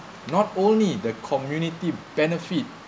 not only the community benefit